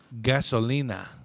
Gasolina